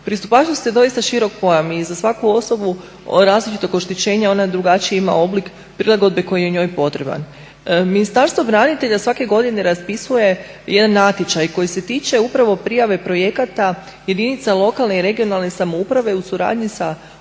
Pristupačnost je doista širok pojam i za svaku osoba različitog oštećenja ona drugačiji ima oblik prilagodbe koji je njoj potreban. Ministarstvo branitelja svake godine raspisuje jedan natječaj koji se tiče upravo prijave projekata jedinica lokalne i regionalne samouprave u suradnji sa udrugama